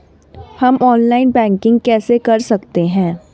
हम online banking कैसे कर सकते हैं?